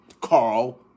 Carl